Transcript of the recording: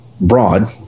broad